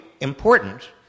important